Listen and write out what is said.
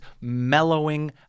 mellowing